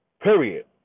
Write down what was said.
period